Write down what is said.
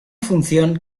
función